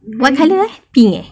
what colour ah pink ah